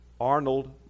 Arnold